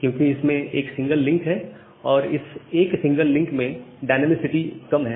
क्योंकि इसमें एक सिंगल लिंक है और इस एक सिंगल लिंक में डायनमिसिटी बहुत कम है